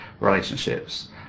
relationships